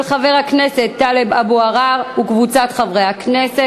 של חבר הכנסת טלב אבו עראר וקבוצת חברי הכנסת.